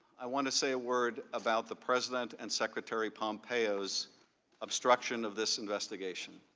i want to say a word about the president and secretary pompeo's obstruction of this investigation.